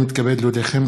הנני מתכבד להודיעכם,